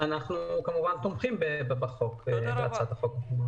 אנחנו כמובן תומכים בהצעת החוק.